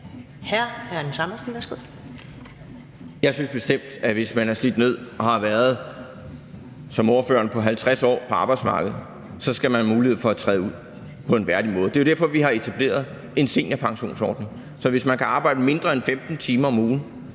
Jeg synes bestemt, at man, hvis man er slidt ned og som ordføreren har været 50 år på arbejdsmarkedet, så skal have mulighed for at træde ud på en værdig måde. Det er jo derfor, vi har etableret en seniorpensionsordning, så hvis man kan arbejde mindre end 15 timer om ugen,